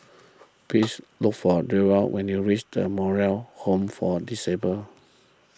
please look for Newell when you reach the Moral Home for Disabled